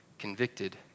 convicted